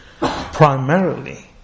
primarily